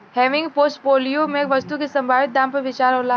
हेविंग portfolio में वस्तु के संभावित दाम पर विचार होला